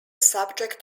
subject